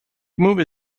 movie